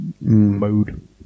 mode